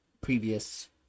previous